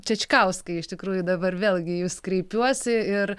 čečkauskai iš tikrųjų dabar vėlgi į jus kreipiuosi ir